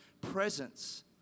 presence